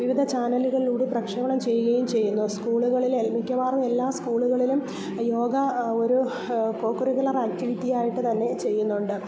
വിവിധ ചാനലുകളിലൂടെ പ്രക്ഷേപണം ചെയ്യുകയും ചെയ്യുന്നു സ്കൂളുകളിലെ മിക്കവാറും എല്ലാ സ്കൂളുകളിലും യോഗ ഒരു കോകരിക്കലർ ആക്ടിവിറ്റിയായിട്ട് തന്നെ ചെയ്യുന്നുണ്ട്